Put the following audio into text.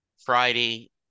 Friday